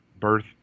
birth